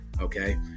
okay